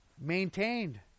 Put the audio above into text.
maintained